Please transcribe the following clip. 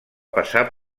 passar